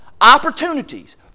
opportunities